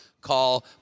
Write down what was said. call